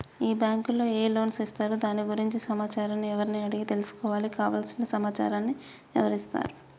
ఈ బ్యాంకులో ఏ లోన్స్ ఇస్తారు దాని గురించి సమాచారాన్ని ఎవరిని అడిగి తెలుసుకోవాలి? కావలసిన సమాచారాన్ని ఎవరిస్తారు?